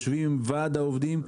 יושבים עם ועד העובדים.